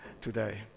today